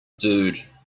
dude